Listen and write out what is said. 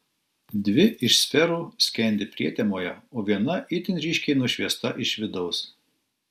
dvi iš sferų skendi prietemoje o viena itin ryškiai nušviesta iš vidaus